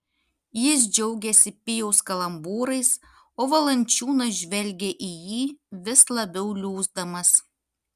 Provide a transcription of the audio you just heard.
jis džiaugėsi pijaus kalambūrais o valančiūnas žvelgė į jį vis labiau liūsdamas